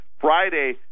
Friday